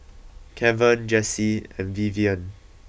Kevan Jessee and Vivienne